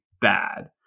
bad